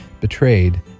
betrayed